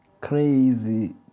Crazy